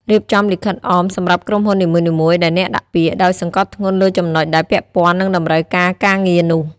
រៀបចំលិខិតអមសម្រាប់ក្រុមហ៊ុននីមួយៗដែលអ្នកដាក់ពាក្យ ដោយសង្កត់ធ្គន់លើចំណុចដែលពាក់ព័ន្ធនឹងតម្រូវការការងារនោះ។